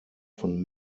von